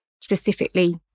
specifically